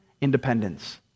independence